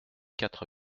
quatre